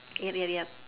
yup yup yup